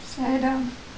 sad ah